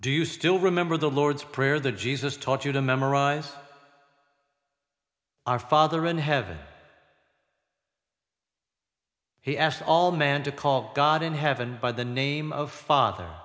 do you still remember the lord's prayer that jesus taught you to memorize our father in heaven he asked all man to call god in heaven by the name of father